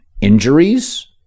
injuries